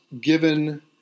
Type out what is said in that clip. given